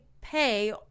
pay